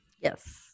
Yes